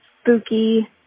spooky